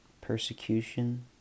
Persecution